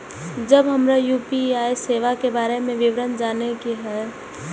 जब हमरा यू.पी.आई सेवा के बारे में विवरण जाने के हाय?